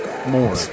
More